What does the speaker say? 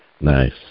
nice